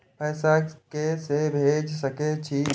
पैसा के से भेज सके छी?